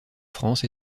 france